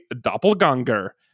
Doppelganger